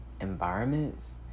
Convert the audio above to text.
environments